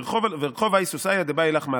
"ורכוב האי סוסיא דבעי לך מלכא"